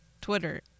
Twitter